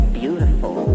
beautiful